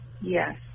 Yes